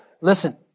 Listen